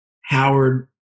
Howard